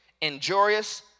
injurious